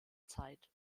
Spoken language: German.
zeit